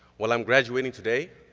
while i'm graduating today,